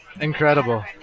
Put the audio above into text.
Incredible